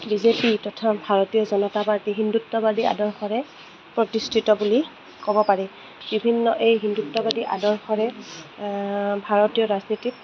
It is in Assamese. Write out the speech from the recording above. বিজেপি তথা ভাৰতীয় জনতা পাৰ্টী হিন্দুত্ববাদী আদৰ্শৰে প্ৰতিষ্ঠিত বুলি ক'ব পাৰি বিভিন্ন এই হিন্দুত্ববাদী আদৰ্শৰে ভাৰতীয় ৰাজনীতিত